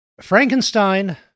Frankenstein